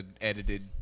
edited